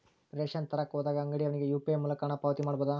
Ration ತರಕ ಹೋದಾಗ ಅಂಗಡಿಯವನಿಗೆ ಯು.ಪಿ.ಐ ಮೂಲಕ ಹಣ ಪಾವತಿ ಮಾಡಬಹುದಾ?